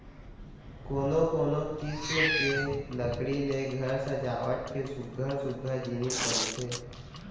कोनो कोनो किसम के लकड़ी ले घर सजावट के सुग्घर सुग्घर जिनिस बनथे